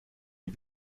die